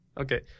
Okay